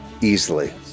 easily